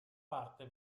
parte